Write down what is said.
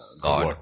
God